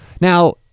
Now